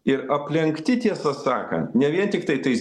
ir aplenkti tiesą sakant ne vien tiktai tais